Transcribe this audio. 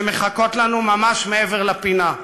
שמחכות לנו ממש מעבר לפינה.